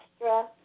extra